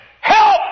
Help